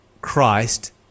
Christ